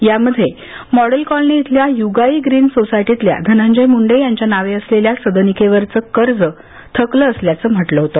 यामध्ये model colony इथल्या युगाई ग्रीन सोसायटीतल्या धनंजय मुंडे यांच्या नावे असलेल्या सदनिकेवरचं कर्ज थकल असल्याचं म्हटलं होत